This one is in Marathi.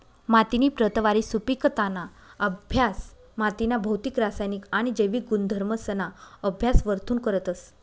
मातीनी प्रतवारी, सुपिकताना अभ्यास मातीना भौतिक, रासायनिक आणि जैविक गुणधर्मसना अभ्यास वरथून करतस